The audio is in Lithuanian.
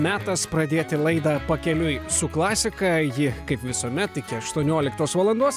metas pradėti laidą pakeliui su klasika ji kaip visuomet iki aštuonioliktos valandos